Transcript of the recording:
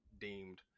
deemed